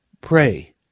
pray